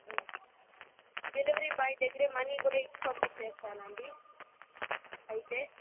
delivery boy దగ్గరే money కూడా ఇచ్చి పంపిచేస్తానండి అయితే